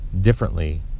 differently